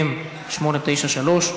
נתקבלה.